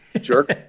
jerk